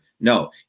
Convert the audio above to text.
No